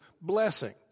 blessing